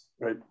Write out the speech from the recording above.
Right